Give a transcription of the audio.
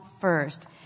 first